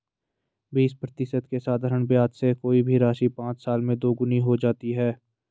बीस प्रतिशत के साधारण ब्याज से कोई भी राशि पाँच साल में दोगुनी हो जाती है